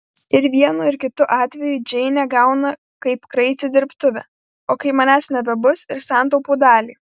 ir vienu ir kitu atveju džeinė gauna kaip kraitį dirbtuvę o kai manęs nebebus ir santaupų dalį